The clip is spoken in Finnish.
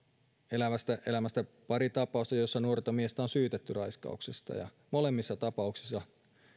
elävästä elämästä pari tapausta joissa nuorta miestä on syytetty raiskauksesta ja molemmissa tapauksissa